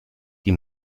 die